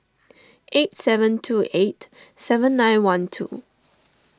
eight seven two eight seven nine one two